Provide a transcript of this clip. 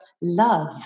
love